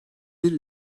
bir